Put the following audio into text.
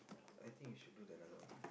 I think you should do the another one ah